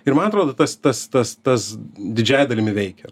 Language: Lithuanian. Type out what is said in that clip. ir man atrodo tas tas tas tas didžiąja dalimi veikia